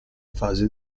fase